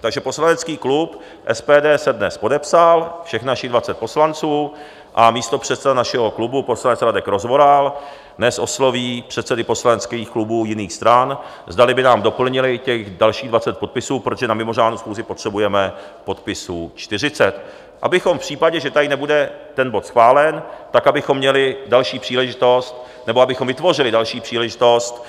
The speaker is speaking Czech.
Takže poslanecký klub SPD se dnes podepsal, všech našich dvacet poslanců, a místopředseda našeho klubu poslanec Radek Rozvoral dnes osloví předsedy poslaneckých klubů jiných stran, zdali by nám doplnili těch dalších dvacet podpisů, protože na mimořádnou schůzi potřebujeme podpisů čtyřicet, abychom v případě, že tady nebude ten bod schválen, tak abychom měli další příležitost, nebo abychom vytvořili další příležitost,